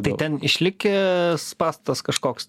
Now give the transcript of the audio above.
tai ten išlikęs pastatas kažkoks